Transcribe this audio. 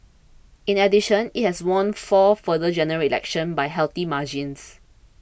in addition it has won four further General Elections by healthy margins